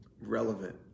relevant